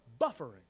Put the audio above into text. buffering